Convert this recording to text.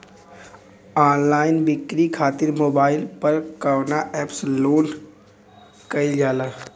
Online बिक्री खातिर mobile पर कवना एप्स लोन कईल जाला?